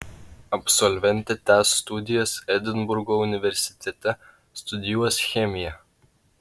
absolventė tęs studijas edinburgo universitete studijuos chemiją